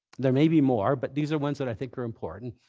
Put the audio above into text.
there may be more, but these are ones that i think are important.